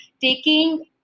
taking